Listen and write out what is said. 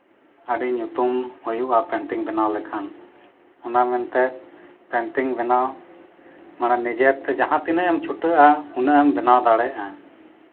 ᱟᱹᱰᱤ ᱧᱩᱛᱩᱢ ᱦᱩᱭᱩᱜᱼᱟ ᱯᱮᱱᱴᱤᱝ ᱵᱮᱱᱟᱣ ᱞᱮᱠᱷᱟᱱ ᱚᱱᱟ ᱢᱮᱱᱛᱮ ᱯᱮᱱᱴᱤᱝ ᱵᱮᱱᱟᱣ ᱢᱟᱱᱮ ᱱᱤᱡᱮᱛᱮ ᱡᱟᱦᱟᱸ ᱛᱤᱱᱟᱹᱜ ᱮᱢ ᱪᱷᱩᱴᱟᱹᱣᱜᱼᱟ ᱩᱱᱟᱹᱜ ᱮᱢ ᱵᱮᱱᱟᱣ ᱫᱟᱲᱮᱭᱟᱜᱼᱟ